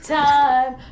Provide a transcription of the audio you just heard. time